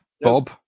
Bob